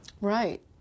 Right